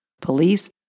police